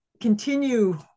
continue